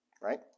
Right